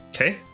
Okay